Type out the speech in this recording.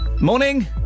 Morning